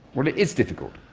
well, it is difficult,